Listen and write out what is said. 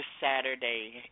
Saturday